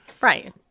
Right